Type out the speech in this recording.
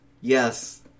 Yes